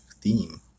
theme